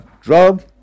drug